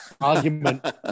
Argument